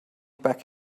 back